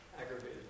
Aggravated